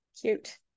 Cute